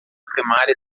primária